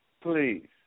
please